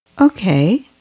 Okay